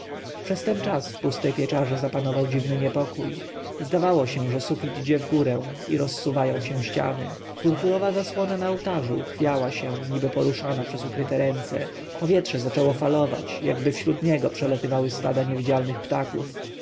przez ten czas w pustej pieczarze zapanował dziwny niepokój zdawało się że sufit idzie wgórę i rozsuwają się ściany purpurowa zasłona na ołtarzu chwiała się niby poruszana przez ukryte ręce powietrze zaczęło falować jakby wśród niego przelatywały stada niewidzialnych ptaków